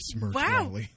Wow